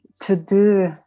to-do